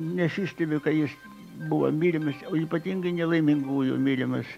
nesistebiu kai jis buvo mylimas o ypatingai nelaimingųjų mylimas